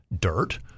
dirt